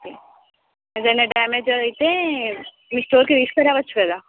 ఏదైనా డ్యామేజ్ అయితే మీ స్టోర్కి తీసుకురావొచ్చు కదా